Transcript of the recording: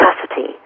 capacity